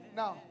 now